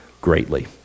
greatly